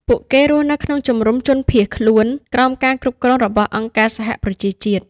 ពួកគេរស់នៅក្នុងជំរំជនភៀសខ្លួន ក្រោមការគ្រប់គ្រងរបស់អង្គការសហប្រជាជាតិ។